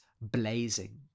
blazing